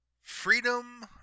freedom